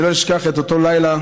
אני לא אשכח את אותו לילה.